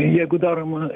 jeigu daroma